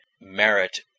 merit